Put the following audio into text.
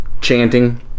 chanting